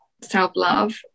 self-love